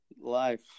Life